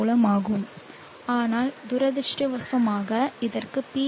மூலமாகும் ஆனால் துரதிர்ஷ்டவசமாக இதற்கு பி